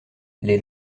les